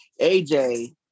AJ